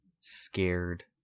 scared